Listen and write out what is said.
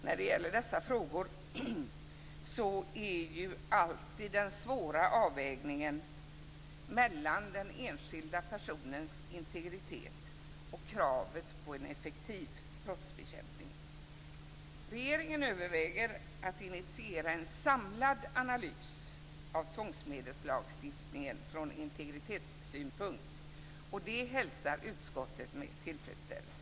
När det gäller dessa frågor är det alltid en svår avvägning mellan den enskilda personens integritet och kravet på en effektiv brottsbekämpning. Regeringen överväger att initiera en samlad analys av tvångsmedelslagstiftningen från integritetssynpunkt, och det hälsar utskottet med tillfredsställelse.